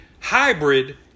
hybrid